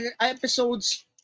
episodes